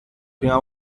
prima